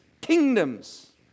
kingdoms